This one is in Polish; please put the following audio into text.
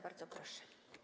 Bardzo proszę.